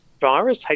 virus